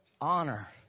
honor